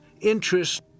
interest